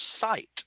sight